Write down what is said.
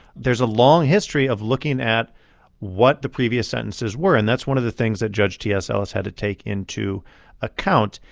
there's a long history of looking at what the previous sentences were. and that's one of the things that judge t s. ellis had to take into account.